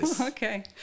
Okay